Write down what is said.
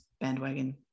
bandwagon